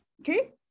okay